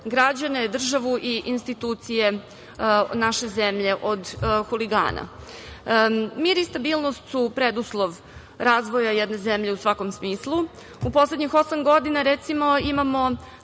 građane, državu i institucije naše zemlje od huligana. Mir i stabilnost su preduslov razvoja jedne zemlje u svakom smislu. U poslednjih osam godina, recimo, imamo